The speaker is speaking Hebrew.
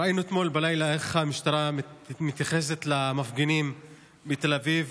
ראינו אתמול בלילה איך המשטרה מתייחסת למפגינים בתל אביב,